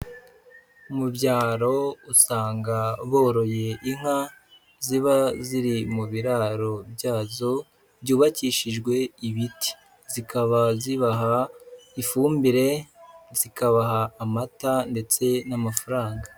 Mu byaro usanga boroye inka, ziba ziri mu biraro byazo byubakishijwe ibiti. Zikaba zibaha ifumbire, zikabaha amata ndetse n'amafaranga.